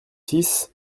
six